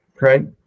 right